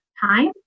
time